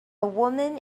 woman